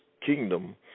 kingdom